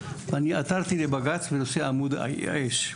ועתרתי לבג"ץ בנושא עמוד האש.